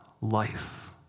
life